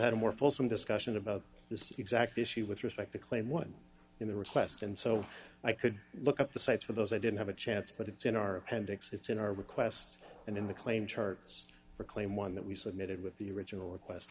had a more fulsome discussion about this exact issue with respect to claim one in the request and so i could look up the cites for those i didn't have a chance but it's in our appendix it's in our request and in the claim charts for claim one that we submitted with the original request